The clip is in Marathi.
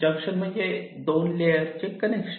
जंक्शन म्हणजे 2 लेअर चे कनेक्शन